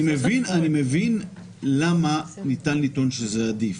אני מבין למה ניתן לטעון שזה עדיף.